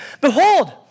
Behold